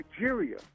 Nigeria